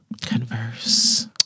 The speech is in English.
Converse